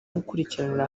gukurikiranira